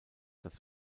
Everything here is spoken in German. das